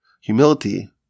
Humility